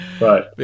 Right